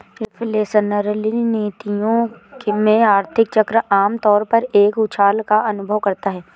reflationary नीतियों में, आर्थिक चक्र आम तौर पर एक उछाल का अनुभव करता है